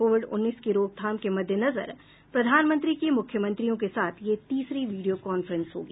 Covid उन्नीस की रोकथाम के मद्देनजर प्रधानमंत्री की मुख्यमंत्रियों के साथ ये तीसरी वीडियो कांफ्रेंस होगी